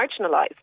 marginalised